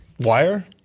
wire